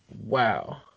wow